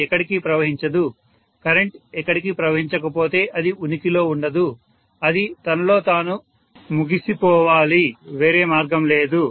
అది ఎక్కడికీ ప్రవహించదు కరెంట్ ఎక్కడికీ ప్రవహించకపోతే అది ఉనికిలో ఉండదు అది తనలో తాను ముగిసి పోవాలి వేరే మార్గం లేదు